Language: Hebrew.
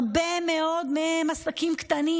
הרבה מאוד מהם עם עסקים קטנים,